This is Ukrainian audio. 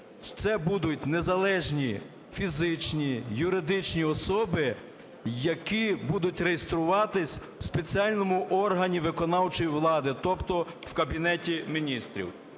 Це будуть незалежні фізичні, юридичні особи, які будуть реєструватись в спеціальному органі виконавчої влади, тобто в Кабінеті Міністрів.